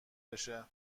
بشه